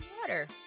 water